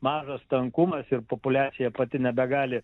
mažas tankumas ir populiacija pati nebegali